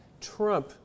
trump